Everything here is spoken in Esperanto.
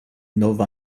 nov